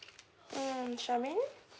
mm charmaine